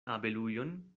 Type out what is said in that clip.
abelujon